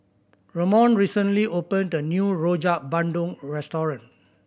Ramon recently opened a new Rojak Bandung restaurant